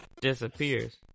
disappears